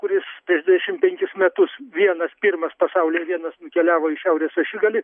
kuris prieš dvidešim penkis metus vienas pirmas pasaulyje vienas nukeliavo į šiaurės ašigalį